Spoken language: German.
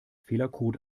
fehlercode